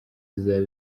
zizaba